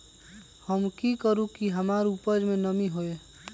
हम की करू की हमार उपज में नमी होए?